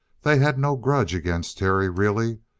they had no grudge against terry, really.